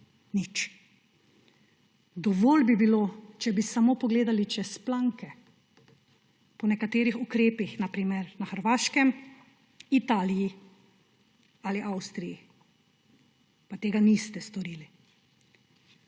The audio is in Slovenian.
nič. Dovolj bi bilo, če bi samo pogledali čez planke po nekaterih ukrepih na primer na Hrvaškem, v Italiji ali Avstriji. Pa tega niste storili.